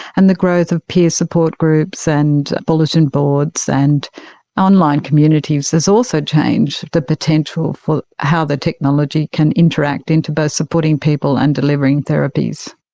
and the growth of peer support groups and bulletin boards and online communities has also changed the potential for how the technology can interact into both supporting people and delivering therapies.